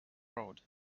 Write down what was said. road